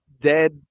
dead